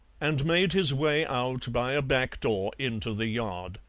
and made his way out by a back door into the yard.